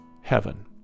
heaven